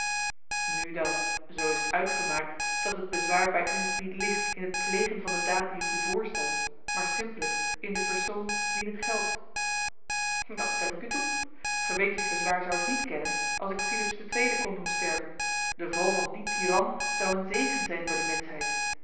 nu dan zoo is t uitgemaakt dat het bezwaar bij u niet ligt in het plegen van de daad die ik u voorstel maar simpellijk in den persoon wien het geldt dat stem ik u toe gewetensbezwaar zou ik niet kennen als ik philips ii kon doen sterven de val van dien tyran zou een zegen zijn voor de menschheid